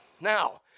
Now